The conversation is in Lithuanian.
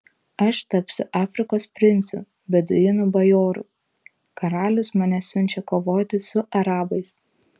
aš tapsiu afrikos princu beduinų bajoru karalius mane siunčia kovoti su arabais